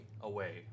away